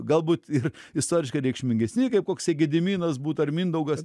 galbūt ir istoriškai reikšmingesni kaip koksai gediminas būt ar mindaugas